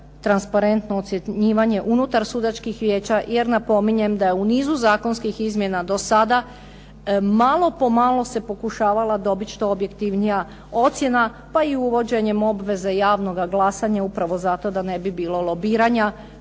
transparentno ocjenjivanje unutar sudačkih vijeća, jer napominjem da je u nizu zakonskih izmjena do sada malo po malo se pokušavala dobiti što objektivnija ocjena, pa i uvođenjem obveze javnoga glasanja upravo zato da ne bi bilo lobiranja